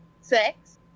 Sex